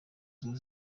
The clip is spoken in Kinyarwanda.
zose